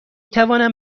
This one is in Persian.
توانم